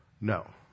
No